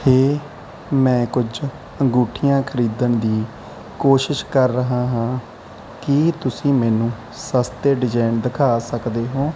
ਹੇ ਮੈਂ ਕੁਝ ਅੰਗੂਠੀਆਂ ਖਰੀਦਣ ਦੀ ਕੋਸ਼ਿਸ਼ ਕਰ ਰਿਹਾ ਹਾਂ ਕੀ ਤੁਸੀਂ ਮੈਨੂੰ ਸਸਤੇ ਡਿਜ਼ਾਈਨ ਦਿਖਾ ਸਕਦੇ ਹੋ